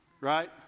right